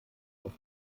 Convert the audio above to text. auf